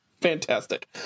Fantastic